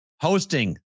hosting